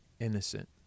innocent